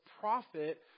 prophet